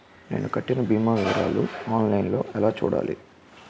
నేను కట్టిన భీమా వివరాలు ఆన్ లైన్ లో ఎలా చూడాలి?